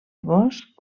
bosc